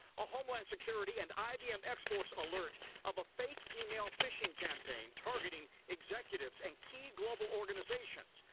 a homeland security and ibm xforce alert of a fake email phishing campaign targeting executives and key global organizations,